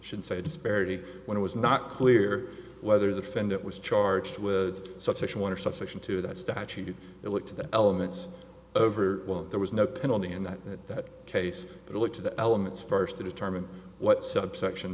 should say disparity when it was not clear whether the fan that was charged with such action want to subsection to that statute it looked to the elements over well there was no penalty in that case but look to the elements first to determine what subsection